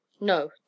No